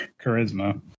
charisma